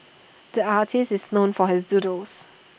the artist is known for his doodles